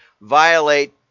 violate